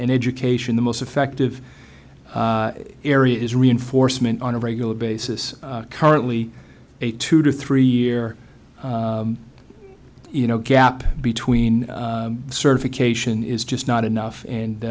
in education the most effective area is reinforcement on a regular basis currently a two to three year you know gap between certification is just not enough